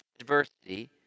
adversity